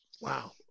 Wow